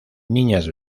niñas